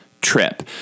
trip